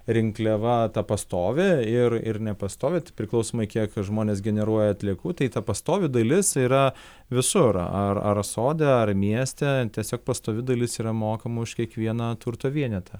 rinkliava ta pastovi ir ir nepastovi tai priklausomai kiek žmonės generuoja atliekų tai ta pastovi dalis yra visur ar ar sode ar mieste tiesiog pastovi dalis yra mokama už kiekvieną turto vienetą